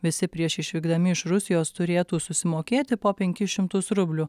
visi prieš išvykdami iš rusijos turėtų susimokėti po penkis šimtus rublių